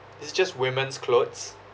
it's just women's clothes